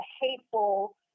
hateful